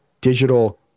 digital